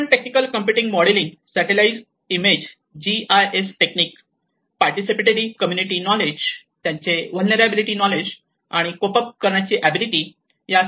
different technique computer modelling satellite image G I S technique participatory community knowledge त्यांचे vulnerability knowledge आणि cope up करण्याचे ability